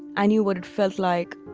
i knew what it felt like